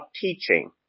teaching